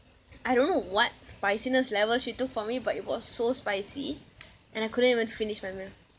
I don't know what spiciness level she took for me but it was so spicy and I couldn't even finish my meal